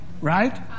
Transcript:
Right